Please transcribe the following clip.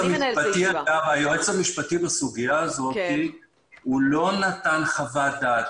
היועץ המשפטי בסוגיה הזאת לא נתן חוות דעת.